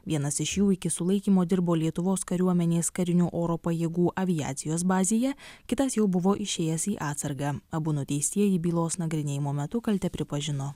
vienas iš jų iki sulaikymo dirbo lietuvos kariuomenės karinių oro pajėgų aviacijos bazėje kitas jau buvo išėjęs į atsargą abu nuteistieji bylos nagrinėjimo metu kaltę pripažino